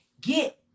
get